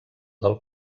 del